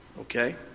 Okay